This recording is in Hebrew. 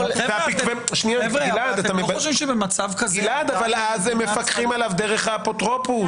גלעד, במקרה שאתה מתאר הפיקוח הוא דרך האפוטרופוס.